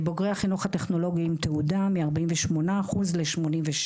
בוגרי החינוך הטכנולוגי עם תעודה, מ-48% ל-86%,